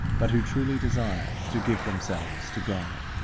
but who truly desire to give themselves to god.